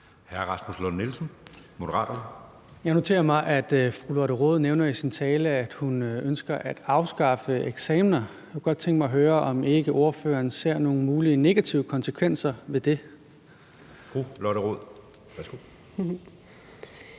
14:55 Rasmus Lund-Nielsen (M): Jeg noterer mig, at fru Lotte Rod nævner i sin tale, at hun ønsker at afskaffe eksamener. Jeg kunne godt tænke mig at høre, om ikke ordføreren ser nogle mulige negative konsekvenser ved det. Kl. 14:55 Anden